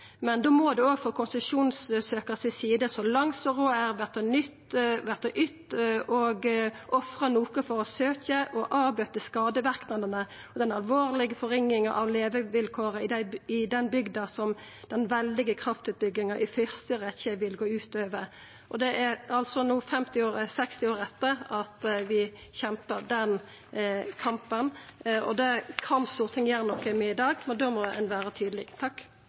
men da må det òg frå konsesjonssøkarens side så langt råd er, verta ytt og ofra noko for å søkja å avbøta skadeverknadene av den alvorlege forringinga av levevilkåra i den bygda som den veldige kraftutbygginga i første rekkje vil gå ut over. Det er altså no 60 år etter at ein kjempa den kampen. Det kan Stortinget gjera noko med i dag, men då må ein vera tydeleg.